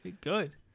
Good